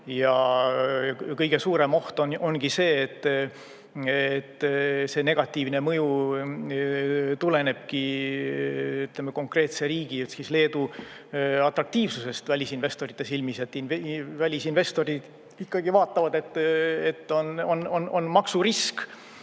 Ja kõige suurem oht ongi see, et see negatiivne mõju tulenebki konkreetse riigi, Leedu atraktiivsusest välisinvestorite silmis. Välisinvestorid ikkagi vaatavad, et on maksurisk,